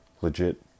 legit